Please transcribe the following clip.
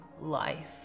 life